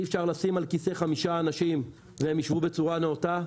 אי אפשר לשים על כיסא חמישה אנשים והם יישבו בצורה נאותה,